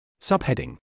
Subheading